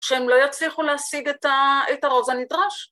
שהם לא יצליחו להשיג את הרוב הנדרש